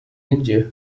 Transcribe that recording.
india